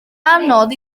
anodd